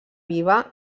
viva